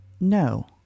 no